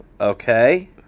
Okay